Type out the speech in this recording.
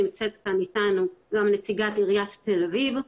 נמצאת כאן אתנו גם נציגת עיריית תל אביב,